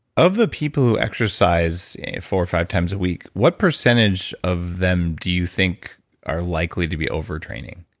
of the people who exercise four or five times a week, what percentage of them do you think are likely to be over-training?